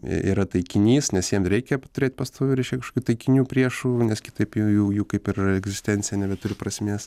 y yra taikinys nes jiem reikia turėt pastovių reiškia kažkokių taikinių priešų nes kitaip jų jų jų kaip ir egzistencija nebeturi prasmės